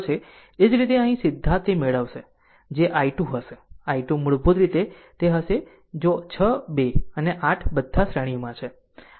એ જ રીતે અહીં સીધા તે મળશે જે i2 હશે i2 મૂળભૂત રીતે r હશે જો 6 2 અને 8 બધા શ્રેણીમાં છે